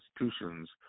institutions